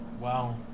Wow